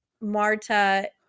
marta